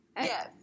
Yes